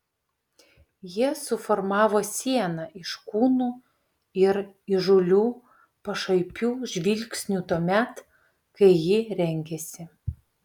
jie suformavo sieną iš kūnų ir įžūlių pašaipių žvilgsnių tuomet kai ji rengėsi